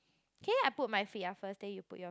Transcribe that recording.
okay I put my feet up first then you put your